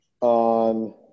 On